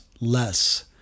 less